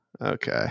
Okay